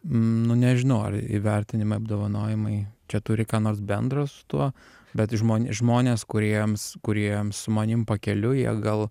nu nežinau ar įvertinimai apdovanojimai čia turi ką nors bendro su tuo bet žmon žmonės kuriems kuriems su manim pakeliui jie gal